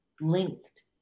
linked